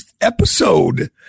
episode